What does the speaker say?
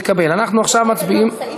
להלן: קבוצת סיעת